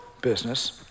business